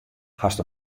hast